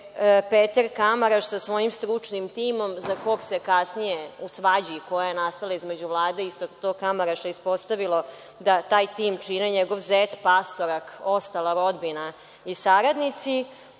Peter Kamaraš sa svojim stručnim timom, za kog se kasnije, u svađi koja je nastala između Vlade i tog istog Kamaraša, ispostavilo da taj tim čine njegov zet, pastorak i ostala rodbina i saradnici,